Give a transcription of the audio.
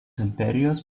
imperijos